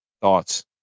Thoughts